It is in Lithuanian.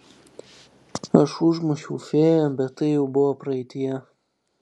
aš užmušiau fėją bet tai jau buvo praeityje